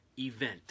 event